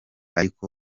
ariko